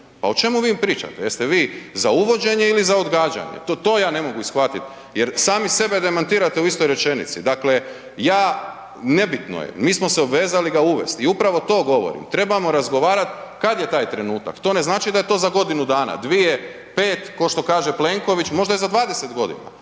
Pa o čemu vi pričate? Jeste vi za uvođenje ili za odgađanje? To ja ne mogu shvatiti jer sami sebe demantirate u istoj rečenici. Dakle ja, nebitno je, mi smo se obvezali ga uvest. I upravo to govorim, trebamo razgovarat kad je taj trenutak, to znači da je to za godinu, dana, pet ko što kaže Plenković, možda je za 20 g.,